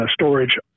storage